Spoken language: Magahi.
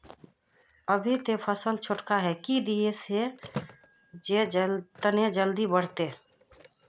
अभी ते फसल छोटका है की दिये जे तने जल्दी बढ़ते?